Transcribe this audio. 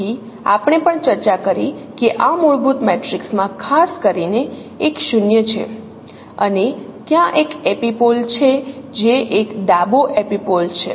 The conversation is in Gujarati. તેથી આપણે પણ ચર્ચા કરી કે આ મૂળભૂત મેટ્રિક્સમાં ખાસ કરીને 1 શૂન્ય છેઅને ત્યાં એક એપિપોલ છે જે એક ડાબો એપિપોલ છે